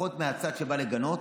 לפחות מהצד שבא לגנות,